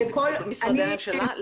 למשרדי הממשלה?